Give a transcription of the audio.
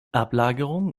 ablagerungen